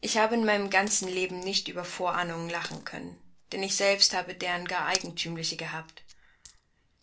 ich habe in meinem ganzen leben nicht über vorahnungen lachen können denn ich selbst habe deren gar eigentümliche gehabt